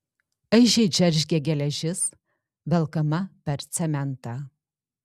aižiai džeržgė geležis velkama per cementą